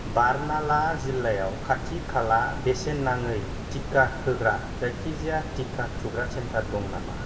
बारनाला जिल्लायाव खाथि खाला बेसेन नाङि टिका होग्रा जायखिजाया टिका थुग्रा सेन्टार दङ नामा